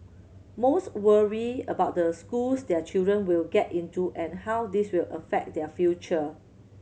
most worry about the schools their children will get into and how this will affect their future